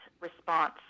response